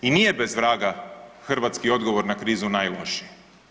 I nije bez vraga hrvatski odgovor na krizu najlošiji.